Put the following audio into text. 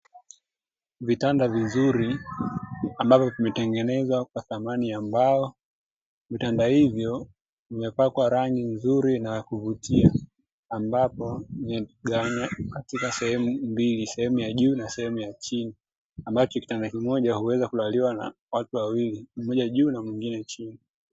Vitanda vizuri ambavyo vimetengenezwa kwa samani ya mbao, vitanda hivyo vimepakwa rangi nzuri na ya kuvutia, ambapo, vimegawanywa katika sehemu mbili, sehemu ya juu na sehemu ya chini, ambacho kitanda kimoja huweza kulaliwa na watu wawili mmoja juu na mwengine chini.